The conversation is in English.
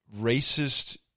racist